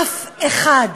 אף אחד.